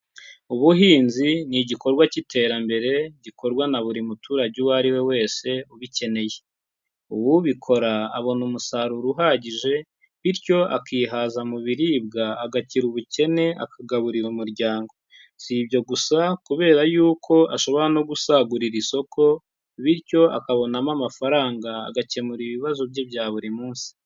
Ubuhinzi ni igikorwa cy'iterambere, gikorwa na buri muturage uwo ari we wese ubikeneye. Uwubikora abona umusaruro uhagije bityo akihaza mu biribwa, agakira ubukene, akagaburira umuryango. si ibyo gusa kubera yuko ashobora no gusagurira isoko bityo akabonamo amafaranga, agakemura ibibazo bye bya buri munsi.